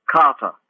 Carter